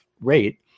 rate